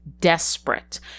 desperate